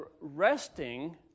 resting